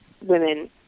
women